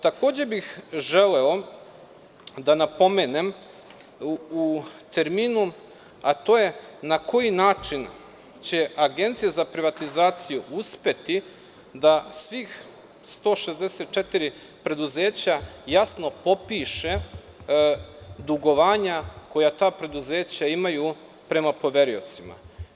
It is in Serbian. Takođe bih želeo da napomenem u terminu, a to je – na koji način će Agencija za privatizaciju uspeti da u svih 164 preduzeća jasno popiše dugovanja koja ta preduzeća imaju prema poveriocima.